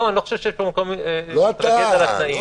אני לא חושב שיש פה מקום להתרגז על אחרים.